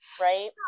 Right